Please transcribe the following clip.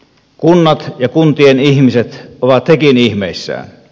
kunnat ja kuntien ihmiset ovat hekin ihmeissään